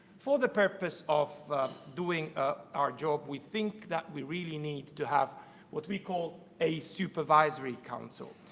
for the purpose of doing ah our job, we think that we really need to have what we call a supervisory council.